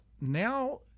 now